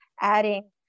adding